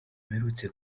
mperutse